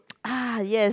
ah yes